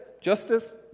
Justice